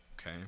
okay